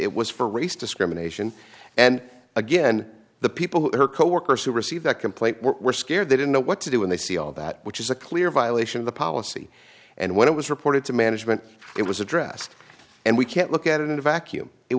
it was for race discrimination and again the people her coworkers who received that complaint were scared they didn't know what to do when they see all that which is a clear violation of the policy and when it was reported to management it was addressed and we can't look at it in a vacuum it